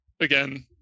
again